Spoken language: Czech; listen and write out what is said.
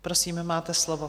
Prosím, máte slovo.